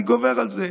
אני גובר על זה.